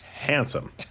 Handsome